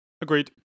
agreed